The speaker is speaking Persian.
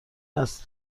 است